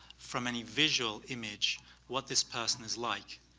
from any visual image what this person is like.